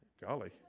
Golly